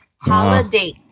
Holiday